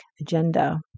agenda